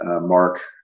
mark